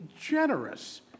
generous